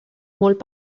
molt